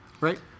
Right